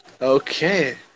Okay